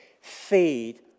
feed